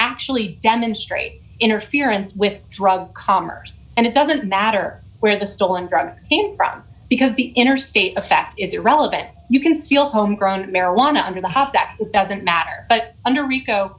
actually demonstrate interference with drug commerce and it doesn't matter where the stolen in from because be interstate effect is irrelevant you can still homegrown marijuana under the hope that it doesn't matter but under rico